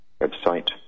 website